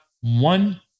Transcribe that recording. one